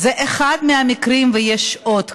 זה אחד מהמקרים, ויש עוד כאלה.